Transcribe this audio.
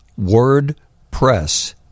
WordPress